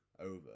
over